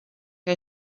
que